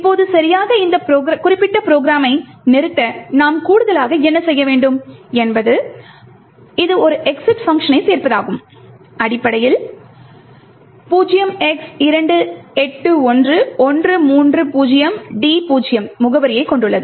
இப்போது சரியாக இந்த குறிப்பிட்ட ப்ரோக்ராமை நிறுத்த நாம் கூடுதலாக என்ன செய்ய முடியும் என்பது இங்கு ஒரு exit பங்க்ஷனை சேர்ப்பதாகும் இது அடிப்படையில் 0x281130d0 முகவரியைக் கொண்டுள்ளது